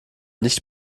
nicht